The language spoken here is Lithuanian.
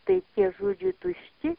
tai tie žodžiai tušti